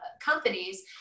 companies